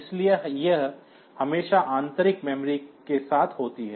इसलिए यह हमेशा आंतरिक मेमोरी के साथ होती है